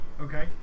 Okay